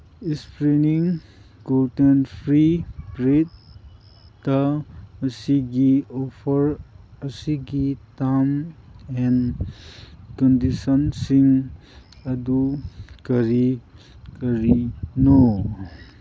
ꯏꯁꯄ꯭ꯔꯤꯅꯤꯡ gluten free ꯕ꯭ꯔꯤꯠꯇ ꯉꯁꯤꯒꯤ offer ꯑꯁꯤꯒꯤ ꯇꯥꯝ ꯑꯦꯟ ꯀꯟꯗꯤꯁꯟꯁꯤꯡ ꯑꯗꯨ ꯀꯔꯤ ꯀꯔꯤꯅꯣ